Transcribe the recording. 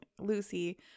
Lucy